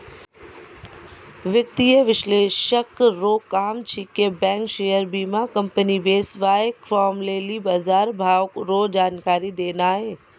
वित्तीय विश्लेषक रो काम छिकै बैंक शेयर बीमाकम्पनी वेवसाय फार्म लेली बजारभाव रो जानकारी देनाय